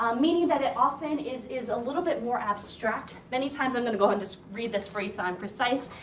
um meaning that it often is is a little bit more abstract. many times i'm gonna go ahead and just read this phrase on precise.